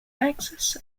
access